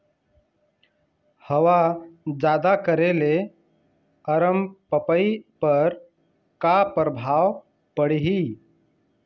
हवा जादा करे ले अरमपपई पर का परभाव पड़िही?